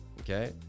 Okay